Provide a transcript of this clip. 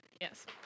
yes